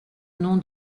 nom